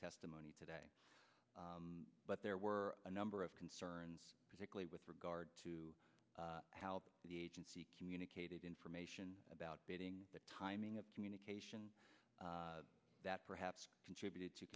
testimony today but there were a number of concerns particularly with regard to how the agency communicated information about betting the timing of communication that perhaps contributed to